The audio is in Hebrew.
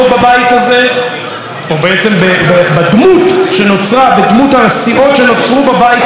או בעצם בדמות הסיעות שנוצרו בבית הזה ביום הבחירות,